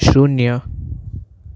શૂન્ય